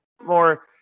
more